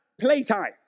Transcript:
playtime